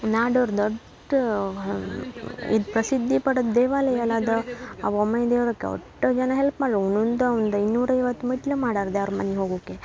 ನಾಡೋರು ದೊಡ್ಡ ಇದು ಪ್ರಸಿದ್ಧಿ ಪಡದ ದೇವಾಲಯಲ್ಲ ಅದು ಆ ವೊಮೈ ದೇವ್ರ್ಗ್ ಅಷ್ಟ್ ಜನ ಹೆಲ್ಪ್ ಮಾಡ್ರ್ ಒಂದೊಂದು ಒಂದು ಐನೂರ ಐವತ್ತು ಮೆಟ್ಲು ಮಾಡಾರ ದ್ಯಾವ್ರ ಮನೆ ಹೋಗುಕ್ಕೆ